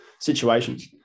situations